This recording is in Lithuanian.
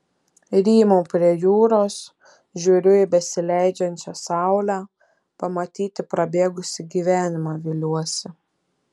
rymau prie jūros žiūriu į besileidžiančią saulę pamatyti prabėgusį gyvenimą viliuosi